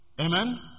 Amen